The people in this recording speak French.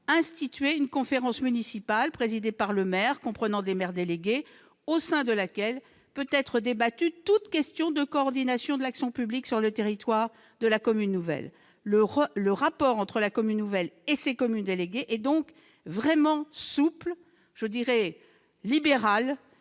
instituer une conférence municipale présidée par le maire et comprenant des maires délégués, au sein de laquelle peut être débattue toute question de coordination de l'action publique sur le territoire de la commune nouvelle. Le rapport entre la commune nouvelle et ses communes déléguées est donc vraiment souple, libéral,